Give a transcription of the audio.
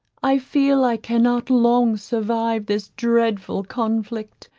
i feel i cannot long survive this dreadful conflict.